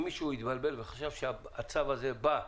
אם מישהו התבלבל וחשב שהצו הזה בא לבטל,